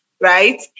right